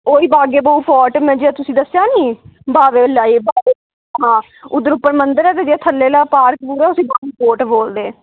ओह् ही बागे बाहु फोर्ट में जेह्डा तुसेंगी दस्सेआ नी बावे ओह्ले बावे हां उद्धर उप्पर मंदिर ऐ ते जेह्ड़ा थल्ले आह्ला पार्क पूरक ऐ उसी बाहु फोर्ट बोलदे